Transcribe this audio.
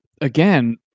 again